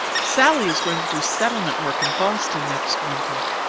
sallie is going to do settlement work in boston next winter.